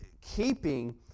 keeping